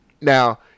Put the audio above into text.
Now